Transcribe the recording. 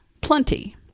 plenty